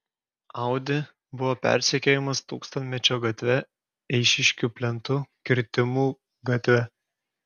audi buvo persekiojamas tūkstantmečio gatve eišiškių plentu kirtimų gatve